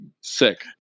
Sick